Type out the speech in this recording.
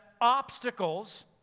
obstacles